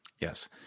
Yes